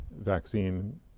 vaccine